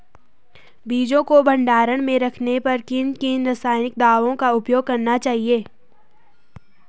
बीजों को भंडारण में रखने पर किन किन रासायनिक दावों का उपयोग करना चाहिए?